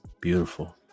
Beautiful